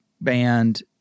band